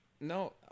No